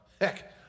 heck